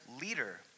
leader